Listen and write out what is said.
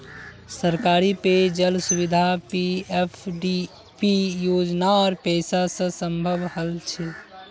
सरकारी पेय जल सुविधा पीएफडीपी योजनार पैसा स संभव हल छ